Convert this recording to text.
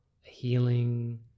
healing